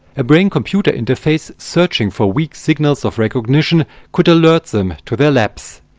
a brain computer interface searching for weak signals of recognition could alert them to their lapse.